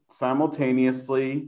simultaneously